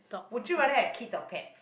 would you rather have kids or pet